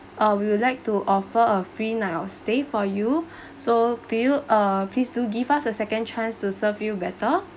uh we would like to offer a free night of stay for you so do you uh please to give us a second chance to serve you better